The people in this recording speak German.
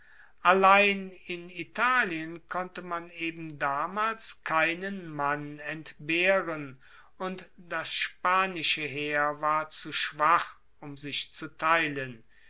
allein in italien konnte man eben damals keinen mann entbehren und das spanische heer war zu schwach um sich zu teilen